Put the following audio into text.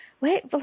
wait